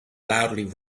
loudly